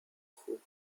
خوب